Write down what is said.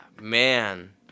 man